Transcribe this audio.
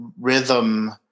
rhythm